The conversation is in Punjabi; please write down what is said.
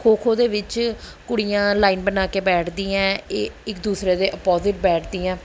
ਖੋ ਖੋ ਦੇ ਵਿੱਚ ਕੁੜੀਆਂ ਲਾਈਨ ਬਣਾ ਕੇ ਬੈਠਦੀਆਂ ਇਹ ਇੱਕ ਦੂਸਰੇ ਦੇ ਅਪੋਜਿਟ ਬੈਠਦੀਆਂ